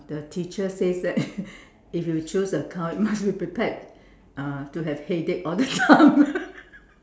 the teacher says that if you choose accounts you must be prepared uh to have headache all the time